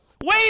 wait